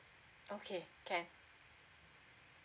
okay can